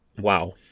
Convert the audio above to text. Wow